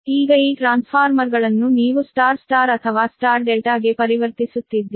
ಈಗ ಈ ಟ್ರಾನ್ಸ್ಫಾರ್ಮರ್ಗಳನ್ನು ನೀವು Y Y ಅಥವಾ Y ∆ ಗೆ ಪರಿವರ್ತಿಸುತ್ತಿದ್ದೀರಿ